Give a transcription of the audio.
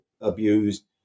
abused